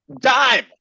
Dime